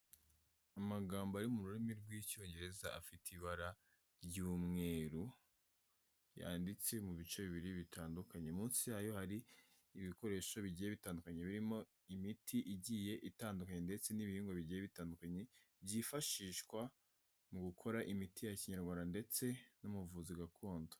Amagambo ari mu rurimi rw'Icyongereza afite ibara ry'umweru, yanditse mu bice bibiri bitandukanye, munsi yayo hari ibikoresho bigiye bitandukanye, birimo imiti igiye itandukanye ndetse n'ibihingwa bigiye bitandukanye byifashishwa mu gukora imiti ya kinyarwanda ndetse no mu buvuzi gakondo.